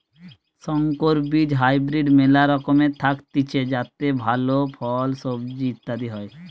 সংকর বীজ হাইব্রিড মেলা রকমের থাকতিছে যাতে ভালো ফল, সবজি ইত্যাদি হয়